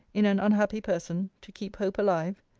in an unhappy person, to keep hope alive?